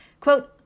Quote